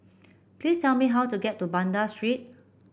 please tell me how to get to Banda Street